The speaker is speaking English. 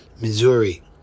Missouri